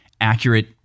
accurate